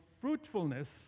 fruitfulness